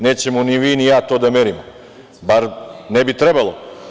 Nećemo ni vi, ni ja to da merimo, bar ne bi trebalo.